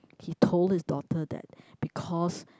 he told his daughter that because